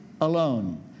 alone